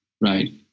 Right